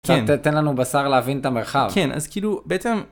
תן לנו בשר להבין את המרחב כן אז כאילו.